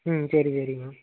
ம் சரி சரி